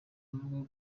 avuga